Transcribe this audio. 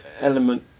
element